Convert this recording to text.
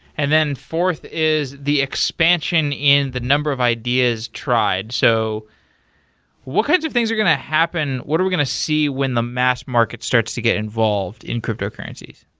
and then fourth is the expansion in the number of ideas tried. so what kinds of things are going to happen? what are we going to see when the mass-market starts to get involved in cryptocurrencies?